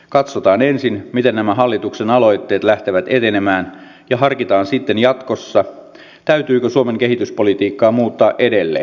katsotaan ensin miten nämä hallituksen aloitteet lähtevät etenemään ja harkitaan sitten jatkossa täytyykö suomen kehityspolitiikkaa muuttaa edelleen